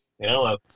Hello